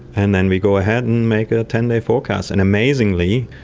and then we go ahead and make a ten day forecast. and amazingly,